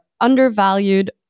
undervalued